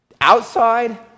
Outside